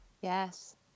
Yes